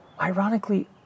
ironically